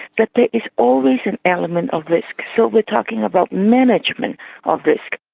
that there is always an element of risk. so we're talking about management of risk.